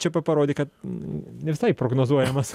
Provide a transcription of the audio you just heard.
čia pa parodė kad ne visai prognozuojamas